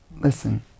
Listen